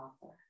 author